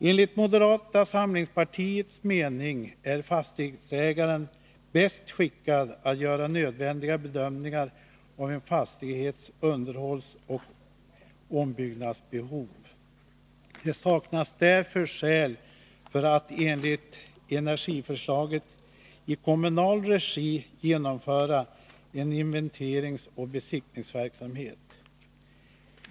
Enligt moderata samlingspartiets mening är fastighetsägaren bäst skickad att göra nödvändiga bedömningar av en fastighets underhållsoch ombyggnadsbehov. Det saknas därför skäl för att, som enligt regeringsförslaget, i kommunal regi genomföra en inventeringsoch besiktningsverksamhet.